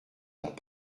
dans